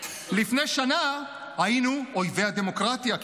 לפני שנה היינו אויבי הדמוקרטיה.